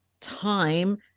time